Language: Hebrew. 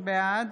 בעד